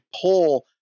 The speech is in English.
pull